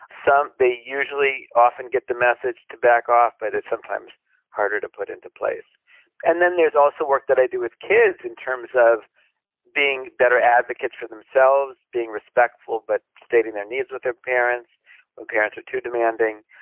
so they usually often get the message to back off, but it's sometimes harder to put into place and then there's also work that i do with kids, in terms of being better advocates for themselves, being respectful but stating their needs with their parents when parents are too demanding,